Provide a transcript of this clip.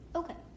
okay